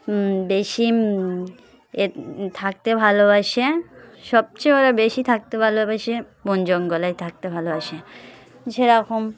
বেশি এ থাকতে ভালোবাসে সবচেয়ে বেশি থাকতে ভালোবাসে বন জঙ্গলেই থাকতে ভালোবাসে সেরকম